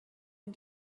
and